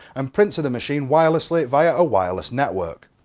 and print to the machine wirelessly via a wireless network.